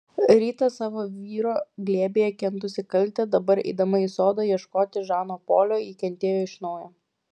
rytą savo vyro glėbyje kentusi kaltę dabar eidama į sodą ieškoti žano polio ji kentėjo iš naujo